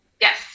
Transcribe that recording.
Yes